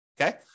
Okay